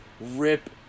rip